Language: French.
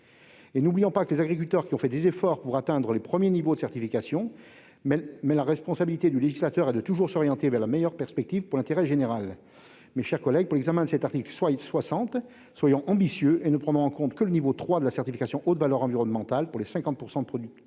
n'oublions pas que les agriculteurs ont fait des efforts pour atteindre les premiers niveaux de certification. Toutefois, la responsabilité du législateur est de toujours s'orienter vers la meilleure perspective pour l'intérêt général. Mes chers collègues, dans le cadre de l'examen de cet article 60, soyons ambitieux, en ne prenant en compte que le niveau 3 de la certification haute valeur environnementale pour les 50 % de produits